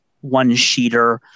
one-sheeter